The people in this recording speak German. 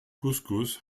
couscous